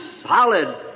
solid